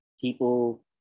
people